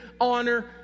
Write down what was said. honor